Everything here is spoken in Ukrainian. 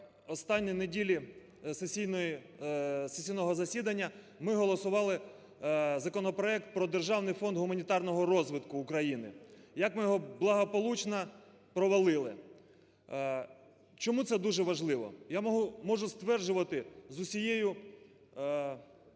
останній неділі сесійного засідання ми голосували законопроект про Державний фонд гуманітарного розвитку України, як ми його благополучно провалили. Чому це дуже важливо? Я можу стверджувати з усією